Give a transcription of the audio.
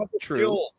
true